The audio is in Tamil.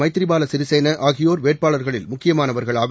மைத்ரிபால சிறிசேனா ஆகியோர் வேட்பாளர்களில் முக்கியமானவர்கள் ஆவர்